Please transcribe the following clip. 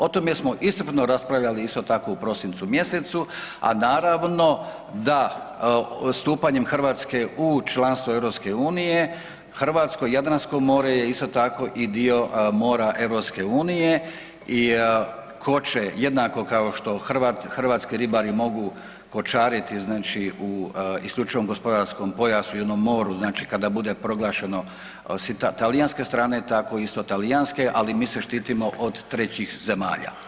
O tome smo iscrpno raspravljali isto tako, u prosincu mjesecu, a naravno da stupanjem Hrvatske u članstvo EU hrvatsko Jadransko more je isto tako i dio mora EU i koče jednako kao što hrvatski ribari mogu kočariti, znači u isključivom gospodarskom pojasu u jednom moru, znači, kada bude proglašeno s talijanske strane, tako isto talijanske, ali mi se štitimo od trećih zemalja.